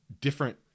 different